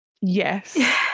Yes